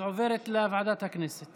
אז עוברת לוועדת הכנסת